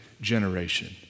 generation